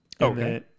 okay